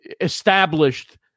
established